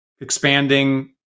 expanding